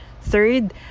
Third